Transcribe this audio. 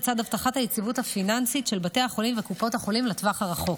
לצד הבטחת היציבות הפיננסית של בתי החולים וקופות החולים לטווח הארוך,